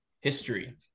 history